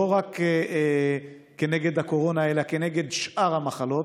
רק כנגד הקורונה אלא כנגד שאר המחלות.